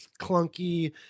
clunky